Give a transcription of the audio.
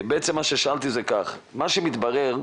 מה ששאלתי זה כך, מה שמתברר,